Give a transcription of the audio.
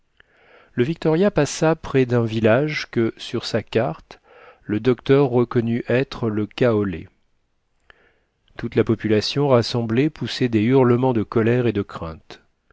le victoria passa près d'un village que sur sa carte le docteur reconnut être le kaole toute la population rassemblée poussait des hurlements de colère et de crainte